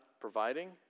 providing